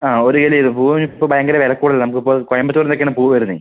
ആ ഒരു കിലോ പൂവിന് ഇപ്പോൾ ഭയങ്കര വില കൂടുതലാണ് നമുക്ക് ഇപ്പം കോയമ്പത്തൂര് നിന്ന് ഒക്കെ ആണ് പൂ വരുന്നത്